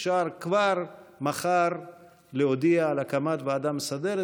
אפשר כבר מחר להודיע על הקמת ועדה מסדרת